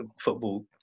football